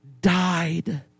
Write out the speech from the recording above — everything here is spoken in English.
died